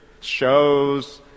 shows